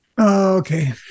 Okay